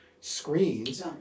screens